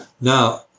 now